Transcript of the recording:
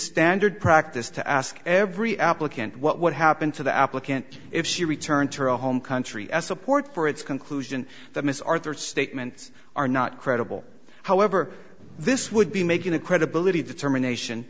standard practice to ask every applicant what would happen to the applicant if she returned to her home country as support for its conclusion that ms arthur statements are not credible however this would be making a credibility determination